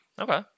Okay